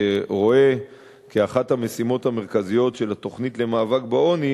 רואה כאחת המשימות המרכזיות של התוכנית למאבק בעוני